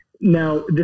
Now